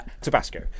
Tabasco